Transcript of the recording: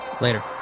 Later